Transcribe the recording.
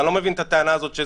אני לא מבין את הטענה הזאת.